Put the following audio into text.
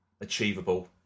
achievable